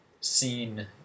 seen